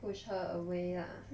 pushed her away lah